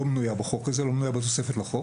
לא מנויה בתוספת לחוק.